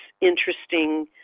interesting